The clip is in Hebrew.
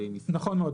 נכון מאוד.